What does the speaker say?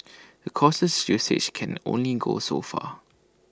but cautious usage can only go so far